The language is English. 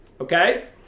okay